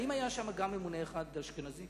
האם היה שם גם ממונה אחד אשכנזי?